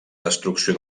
destrucció